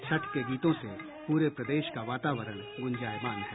छठ के गीतों से पूरे प्रदेश का वातावरण गुंजायमान है